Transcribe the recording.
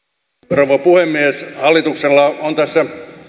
rouva puhemies hallituksella on tässä